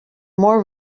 more